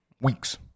Weeks